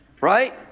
Right